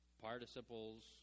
participles